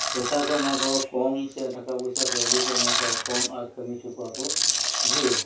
ᱯᱚᱭᱥᱟ ᱠᱚ ᱮᱢᱟ ᱠᱚᱣᱟ ᱠᱚᱢ ᱥᱮ ᱴᱟᱠᱟ ᱯᱚᱭᱥᱟ ᱠᱟᱣᱰᱤ ᱠᱚ ᱮᱢᱟ ᱠᱚᱣᱟ ᱠᱚᱢ ᱟᱨ ᱠᱟᱢᱤ ᱪᱚ ᱠᱚᱣᱟ ᱠᱚ ᱰᱷᱮᱨ